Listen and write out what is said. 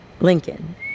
Lincoln